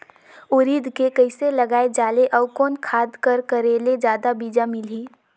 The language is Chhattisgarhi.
उरीद के कइसे लगाय जाले अउ कोन खाद कर करेले जादा बीजा मिलही?